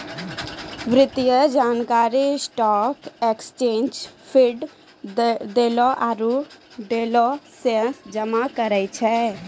वित्तीय जानकारी stock exchange feed, दलालो आरु डीलरो से जमा करै छै